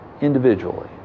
Individually